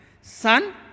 Son